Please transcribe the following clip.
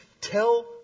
tell